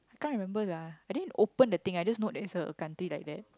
I can't remember lah I didn't open the thing I just know that there is a country like that